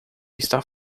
está